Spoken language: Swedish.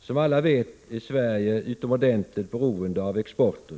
Som alla vet är Sverige utomordentligt beroende av export.